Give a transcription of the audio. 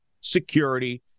security